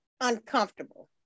uncomfortable